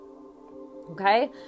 Okay